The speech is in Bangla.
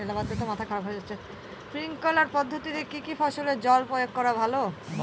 স্প্রিঙ্কলার পদ্ধতিতে কি কী ফসলে জল প্রয়োগ করা ভালো?